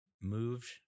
moved